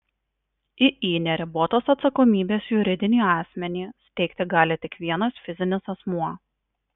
iį neribotos atsakomybės juridinį asmenį steigti gali tik vienas fizinis asmuo